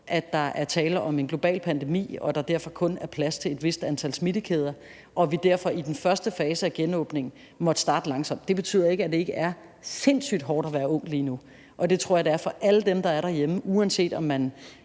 at der er tale om en global pandemi, og at der derfor kun er plads til et vist antal smittekæder, og at vi derfor i den første fase af genåbningen måtte starte langsomt. Det betyder ikke, at det ikke er sindssygt hårdt at være ung lige nu. Det tror jeg det er for alle dem, der er derhjemme, uanset om man